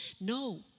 no